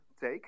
take